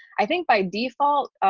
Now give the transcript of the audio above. i think by default,